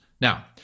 Now